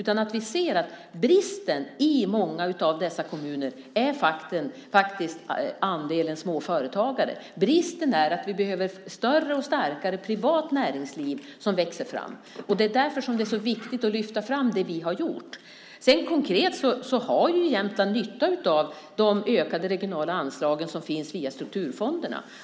Vi måste se att bristen i många av dessa kommuner ligger i andelen småföretagare. Bristen ligger i att vi behöver ett större och starkare privat näringsliv som växer fram. Det är därför det är så viktigt att lyfta fram det vi har gjort. Konkret har ju Jämtland nytta av de ökade regionala anslag som finns via strukturfonderna.